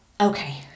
okay